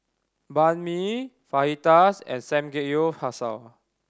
Banh Mi Fajitas and Samgeyopsal